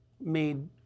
made